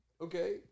Okay